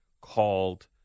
called